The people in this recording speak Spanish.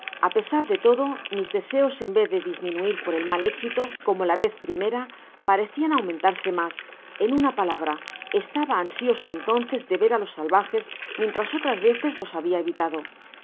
á pesar de todo mis deseos en vez de disminuir por el mal éxito como la vez primera parecian aumentarse mas en una palabra estaba ansioso entonces de ver á los salvajes mientras otras veces lo habia evitado